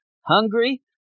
hungry